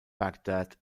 baghdad